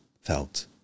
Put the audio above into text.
felt